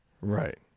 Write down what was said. Right